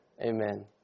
Amen